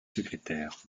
secrétaire